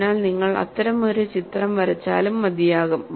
അതിനാൽ നിങ്ങൾ അത്തരമൊരു ചിത്രം വരച്ചാലും മതിയാകും